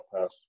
pass